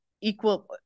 equal